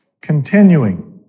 Continuing